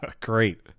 Great